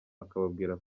akababwira